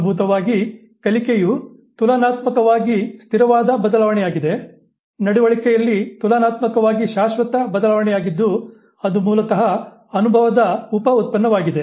ಮೂಲಭೂತವಾಗಿ ಕಲಿಕೆಯು ತುಲನಾತ್ಮಕವಾಗಿ ಸ್ಥಿರವಾದ ಬದಲಾವಣೆಯಾಗಿದೆ ನಡವಳಿಕೆಯಲ್ಲಿ ತುಲನಾತ್ಮಕವಾಗಿ ಶಾಶ್ವತ ಬದಲಾವಣೆಯಾಗಿದ್ದು ಅದು ಮೂಲತಃ ಅನುಭವದ ಉಪ ಉತ್ಪನ್ನವಾಗಿದೆ